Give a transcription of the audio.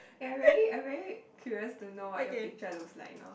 I very I very curious to know what your picture looks like now